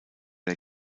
der